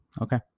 Okay